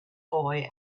boy